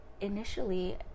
initially